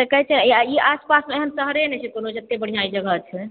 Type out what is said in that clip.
तऽ कहै छै एहि आस पास एहन शहरे नहि छै कोनो जत्ते बढ़िऑं ई जगह छै